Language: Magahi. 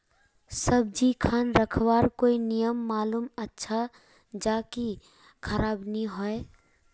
सब्जी खान रखवार कोई नियम मालूम अच्छा ज की खराब नि होय?